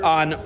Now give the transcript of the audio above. on